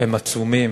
הם עצומים.